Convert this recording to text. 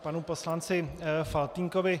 K panu poslanci Faltýnkovi.